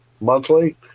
monthly